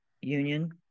Union